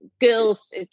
girls